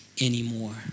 anymore